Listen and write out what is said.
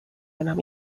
enam